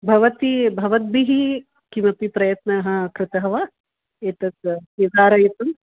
भवती भवद्भिः किमपि प्रयत्नः कृतः वा एतत् निर्धारयितुम्